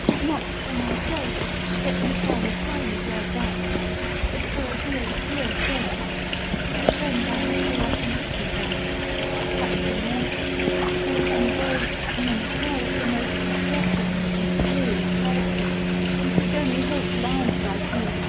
not for myself let me find time to add that but for a dear, dear friend the friend i have so often written about captain morford who is involved in an affair of the most distressing and mysterious character and whose only hope lies, i feel,